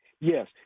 Yes